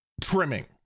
trimming